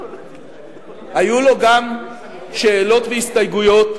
היו לו גם שאלות והסתייגויות,